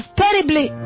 terribly